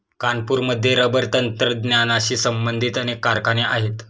कानपूरमध्ये रबर तंत्रज्ञानाशी संबंधित अनेक कारखाने आहेत